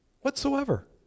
whatsoever